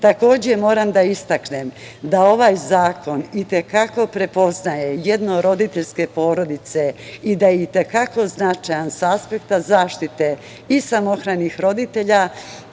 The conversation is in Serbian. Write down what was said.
deteta. Moram da istaknem da ovaj zakon i te kako prepoznaje jednoroditeljske porodice i da je i te kako značajan sa aspekta zaštite i samohranih roditelja,